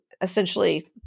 essentially